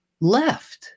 left